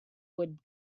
would